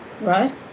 right